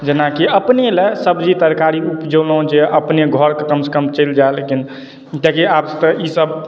जेनाकि अपने लए सब्जी तरकारी ऊपजेलहुँ जे अपने घरके कमसँ कम चलि जाए लेकिन देखि आब तऽ ई सब